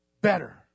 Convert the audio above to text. better